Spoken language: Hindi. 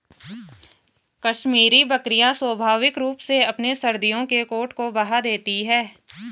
कश्मीरी बकरियां स्वाभाविक रूप से अपने सर्दियों के कोट को बहा देती है